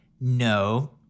No